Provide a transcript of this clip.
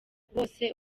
bose